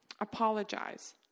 apologize